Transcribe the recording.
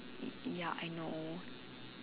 ya I know